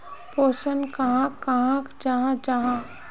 पोषण कहाक कहाल जाहा जाहा?